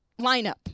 lineup